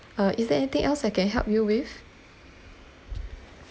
uh is there anything else I can help you with